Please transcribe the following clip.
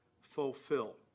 fulfill